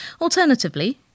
Alternatively